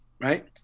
right